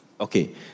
Okay